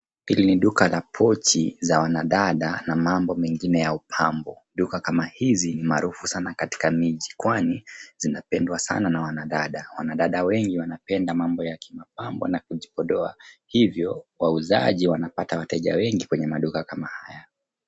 Hili ni duka la pochi za wanadada na mambo mengine ya upambo. Duka kama hizi ni maarufu sana katika miji kwani zinapendwa sana na wanadada. wanadada wengi wanapenda mambo ya kimapambo na kujipodoa hivyo wauzaji wanapata wateja wengi kwenye maduka kama haya.